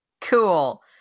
Cool